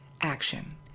action